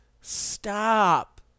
stop